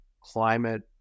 climate